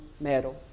medal